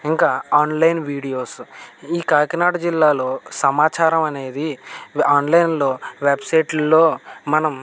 ఇంకా online videos ఈ కాకినాడ జిల్లాలో సమాచారం అనేది ఆన్లైన్లో వెబ్సైట్లో మనం